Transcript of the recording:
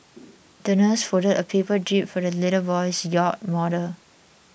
the nurse folded a paper jib for the little boy's yacht model